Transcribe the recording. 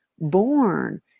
born